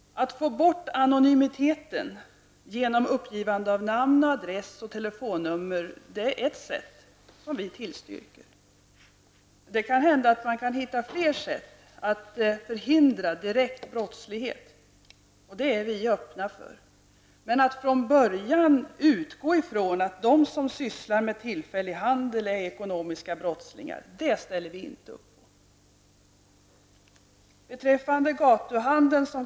Att få bort anonymiteten genom uppgivande av namn, adress och telefonnummer är ett sätt, som vi tillstyrker. Det kan hända att man kan hitta fler sätt att förhindra direkt brottslighet. Det är vi öppna för. Men att från början utgå från att de som sysslar med tillfällig handel är ekonomiska brottslingar tar vi avstånd från.